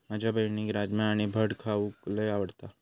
माझ्या बहिणीक राजमा आणि भट खाऊक लय आवडता